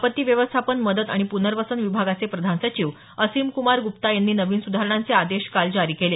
आपत्ती व्यवस्थापन मदत तथा प्नर्वसन विभागाचे प्रधान सचिव असीम कुमार गुप्ता यांनी नवीन सुधारणांचे आदेश काल जारी केले